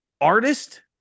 Artist